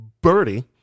Birdie